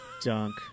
Dunk